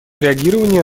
реагирования